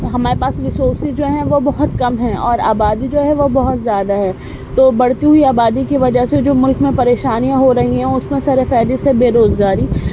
ہمارے پاس ریسورسز جو ہیں وہ بہت کم ہیں اور آبادی جو ہے وہ بہت زیادہ ہے تو بڑھتی ہوئی آبادی کی وجہ سے جو ملک میں پریشانیاں ہو رہی ہیں اس میں سرِ فہرست ہے بے روزگاری